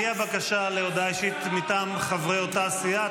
הגיעה בקשה להודעה אישית מטעם חברי אותה הסיעה.